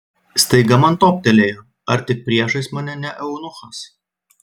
staiga man toptelėjo ar tik priešais mane ne eunuchas